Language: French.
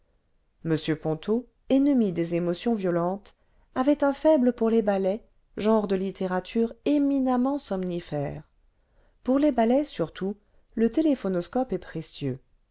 m ponto ennemi des émotions violentes avait un faible pour les ballets genre de littérature éminemment somnifère pour lés ballets surtout cabinet particulier a la tour de nesle le téléjthonoscope est précieux